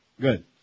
Good